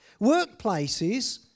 Workplaces